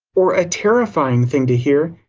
or a terrifying thing to hear.